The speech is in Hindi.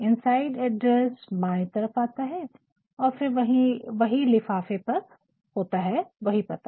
इनसाइड एड्रेस बाए तरफ आता है और फिर वही लिफाफे पर होता है वही पता